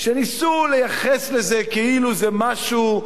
שניסו לייחס לזה כאילו זה משהו,